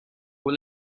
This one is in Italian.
con